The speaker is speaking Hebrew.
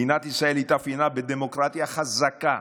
מדינת ישראל התאפיינה בדמוקרטיה חזקה.